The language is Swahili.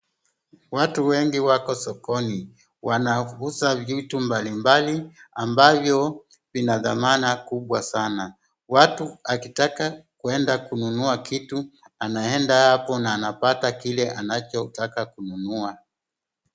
Watu wengi wako sokoni, wanauza vitu mbalimbali ambavyo vina dhamana kubwa sana. Watu akitaka kuenda kununua kitu anaeda hapo na anapata kile anachotaka kununua.